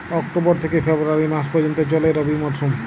October থেকে ফেব্রুয়ারি মাস পর্যন্ত চলে রবি মরসুম